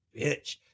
Bitch